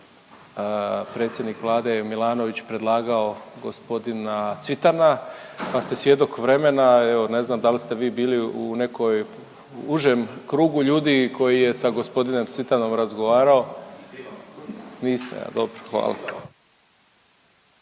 predsjednik Vlade Milanović predlagao g. Cvitana, pa ste svjedok vremena i evo ne znam da li ste vi bili u nekoj, užem krugu ljudi koji je sa g. Cvitanom razgovarao…/Upadica